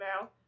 now